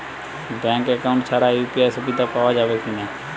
Bank account ছাড়া UPI সুবিধা পাওয়া যাবে কি না?